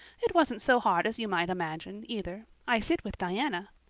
it wasn't so hard as you might imagine, either. i sit with diana.